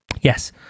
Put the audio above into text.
Yes